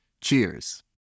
Cheers